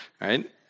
right